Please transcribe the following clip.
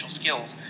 skills